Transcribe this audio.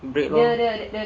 break lor